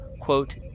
quote